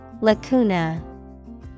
Lacuna